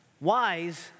Wise